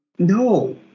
No